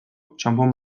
txanpon